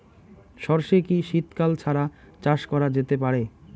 সর্ষে কি শীত কাল ছাড়া চাষ করা যেতে পারে?